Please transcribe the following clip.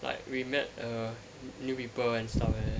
like we met err new people and stuff like that